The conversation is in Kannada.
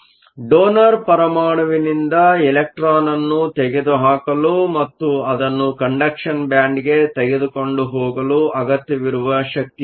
ಡೋನರ್ ಪರಮಾಣುವಿನಿಂದ ಎಲೆಕ್ಟ್ರಾನ್ ಅನ್ನು ತೆಗೆದುಹಾಕಲು ಮತ್ತು ಅದನ್ನು ಕಂಡಕ್ಷನ್ ಬ್ಯಾಂಡ್ಗೆ ತೆಗೆದುಕೊಂಡು ಹೋಗಲು ಅಗತ್ಯವಿರುವ ಶಕ್ತಿಯಾಗಿದೆ